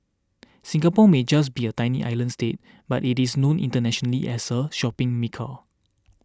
Singapore may just be a tiny island state but it is known internationally as a shopping mecca